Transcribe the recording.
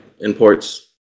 imports